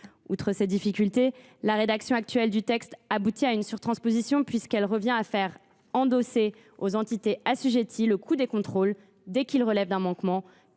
de ces difficultés, la rédaction actuelle du texte aboutirait à une surtransposition, puisqu’elle reviendrait à faire endosser aux entités assujetties le coût des contrôles dès qu’ils révèlent un manquement,